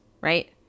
right